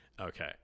Okay